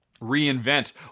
reinvent